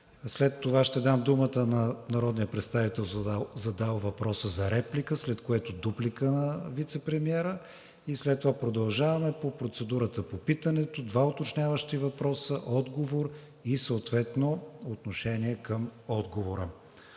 След това ще дам думата на народния представител, задал въпроса, за реплика, след което дуплика на вицепремиера и продължаваме по процедурата по питането – два уточняващи въпроса, отговор и съответно отношение към отговора.